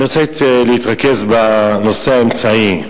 אני רוצה להתרכז בנושא האמצעי.